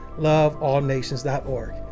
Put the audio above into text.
loveallnations.org